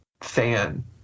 fan